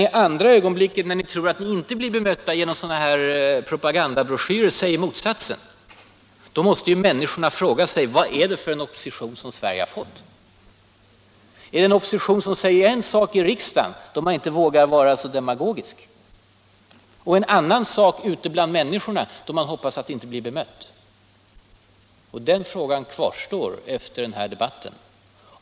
I andra ögonblicket, när ni tror att ni inte blir bemötta i sådana här propagandabroschyrer, säger ni motsatsen. Då måste människorna fråga sig: Vad är det för opposition som Sverige politiken politiken har fått? Är det en opposition som säger en sak i riksdagen, då man inte vågar vara så demagogisk, och en annan sak ute bland människorna, då man hoppas att inte bli bemött? Den frågan kvarstår efter den här debatten.